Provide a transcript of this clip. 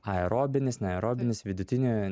aerobinis neaerobinis vidutinio